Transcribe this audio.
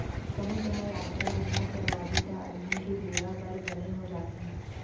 कहूँ तेंहा यातरा बीमा करवाबे त अलहन के बेरा बर बने हो जाथे